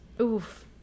Oof